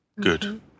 Good